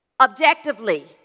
Objectively